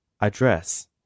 Address